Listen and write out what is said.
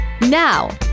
Now